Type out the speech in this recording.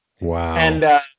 Wow